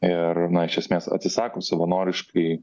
ir na iš esmės atsisako savanoriškai